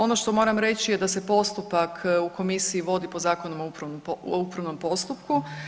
Ono što moram reći je da se postupak u Komisiji vodi po Zakonu o upravnom postupku.